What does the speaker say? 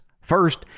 First